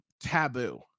taboo